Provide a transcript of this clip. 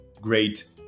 great